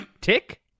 Tick